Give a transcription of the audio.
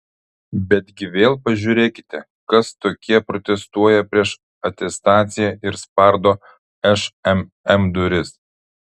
betgi vėl pažiūrėkite kas tokie protestuoja prieš atestaciją ir spardo šmm duris